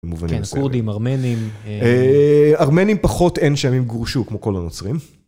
כן, כורדים, ארמנים. אה.. ארמנים פחות אין שם, הם גורשו, כמו כל הנוצרים.